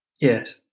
Yes